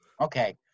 Okay